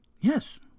Yes